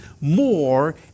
more